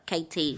KT